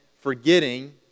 forgetting